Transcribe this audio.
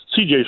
CJ